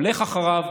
הולך אחריו,